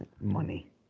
Money